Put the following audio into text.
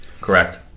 Correct